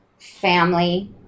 family